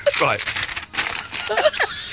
Right